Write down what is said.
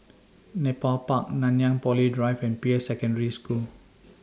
Nepal Park Nanyang Poly Drive and Peirce Secondary School